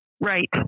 Right